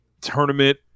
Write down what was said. tournament